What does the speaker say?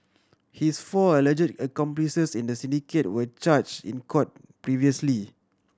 his four alleged accomplices in the syndicate were charged in court previously